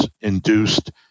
induced